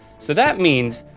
so that means,